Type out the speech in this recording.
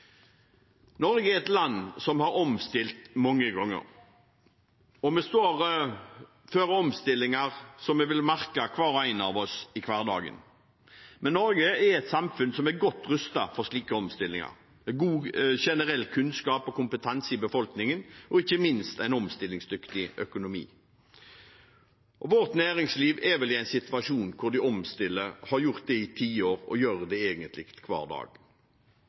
Norge er et land som har omstilt seg mange ganger. Vi står for omstillinger som hver og en av oss vil merke i hverdagen. Men Norge er et samfunn som er godt rustet for slike omstillinger. Det er god generell kunnskap og kompetanse i befolkningen og, ikke minst, en omstillingsdyktig økonomi. Vårt næringsliv er vel i en situasjon hvor de omstiller seg, har gjort det i tiår – og gjør det egentlig hver dag.